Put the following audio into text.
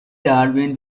darwin